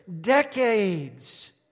decades